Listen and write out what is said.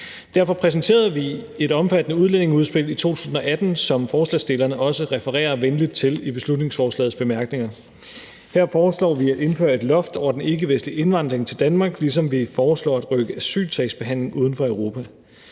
Derfor præsenterede vi et omfattende udlændingeudspil i 2018, som forslagsstillerne også refererer venligt til i bemærkningerne til beslutningsforslaget. Her foreslår vi at indføre et loft over den ikkevestlige indvandring til Danmark, ligesom vi foreslår at rykke asylsagsbehandlingen uden for Europa.